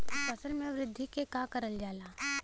फसल मे वृद्धि के लिए का करल जाला?